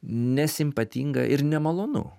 nesimpatinga ir nemalonu